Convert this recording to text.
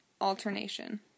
alternation